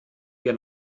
wir